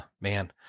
man